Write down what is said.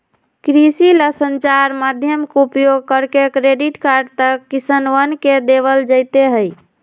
कृषि ला संचार माध्यम के उपयोग करके क्रेडिट कार्ड तक किसनवन के देवल जयते हई